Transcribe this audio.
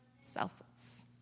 Selfless